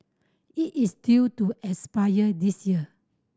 it is due to expire this year